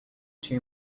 two